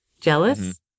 Jealous